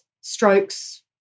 strokes